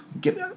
get